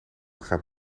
gaat